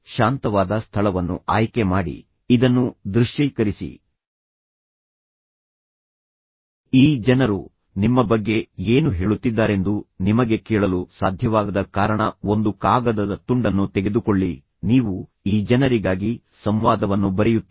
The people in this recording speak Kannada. ಶಾಂತವಾದ ಸ್ಥಳವನ್ನು ಆಯ್ಕೆ ಮಾಡಿ ಇದನ್ನು ದೃಶ್ಯೀಕರಿಸಿ ಈ ಜನರು ನಿಮ್ಮ ಬಗ್ಗೆ ಏನು ಹೇಳುತ್ತಿದ್ದಾರೆಂದು ನಿಮಗೆ ಕೇಳಲು ಸಾಧ್ಯವಾಗದ ಕಾರಣ ಒಂದು ಕಾಗದದ ತುಂಡನ್ನು ತೆಗೆದುಕೊಳ್ಳಿ ನೀವು ಈ ಜನರಿಗಾಗಿ ಸಂವಾದವನ್ನು ಬರೆಯುತ್ತೀರಿ